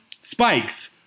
spikes